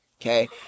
Okay